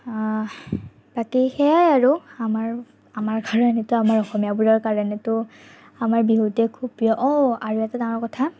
বাকী সেয়াই আৰু আমাৰ আমাৰ কাৰণেতো আমাৰ অসমীয়াবোৰৰ কাৰণেতো আমাৰ বিহুটোৱে খুব প্ৰিয় অঁ আৰু এটা ডাঙৰ কথা